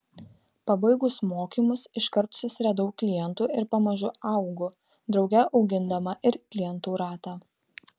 pabaigus mokymus iškart susiradau klientų ir pamažu augu drauge augindama ir klientų ratą